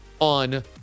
on